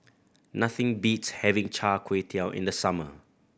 nothing beats having Char Kway Teow in the summer